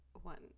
one